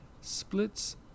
splits